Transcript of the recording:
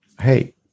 Hey